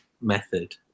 method